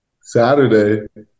Saturday